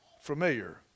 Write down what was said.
familiar